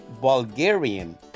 Bulgarian